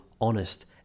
honest